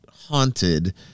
Haunted